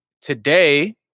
Today